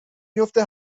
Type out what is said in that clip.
میفته